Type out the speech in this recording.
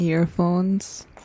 earphones